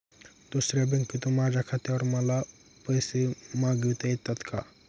दुसऱ्या बँकेतून माझ्या खात्यावर मला पैसे मागविता येतात का?